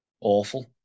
awful